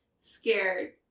scared